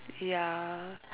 ya